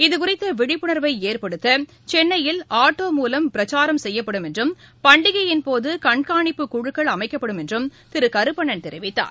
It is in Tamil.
இதுகுறித்த விழிப்புணர்வை ஏற்படுத்த சென்னையில் ஆட்டோ மூலம் பிரச்சாரம் செய்யப்படும் என்றும் பண்டிகையின்போது கண்காணிப்புக்குழுக்கள் அமைக்கப்படும் என்றும் திரு கருப்பண்ணன் தெரிவித்தார்